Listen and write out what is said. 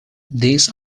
this